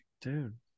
dude